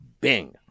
Bing